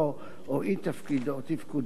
או אי-תפקודו, בוועד.